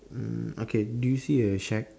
mm okay do you see a shack